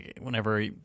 whenever